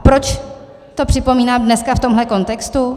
A proč to připomínám dneska v tomhle kontextu?